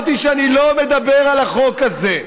אמרתי שאני לא מדבר על החוק הזה.